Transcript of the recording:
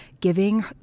giving